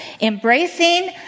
Embracing